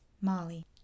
Molly